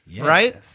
Right